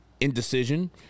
indecision